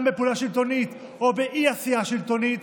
בפעולה שלטונית או באי-עשייה שלטונית,